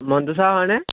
Montu sir হয়নে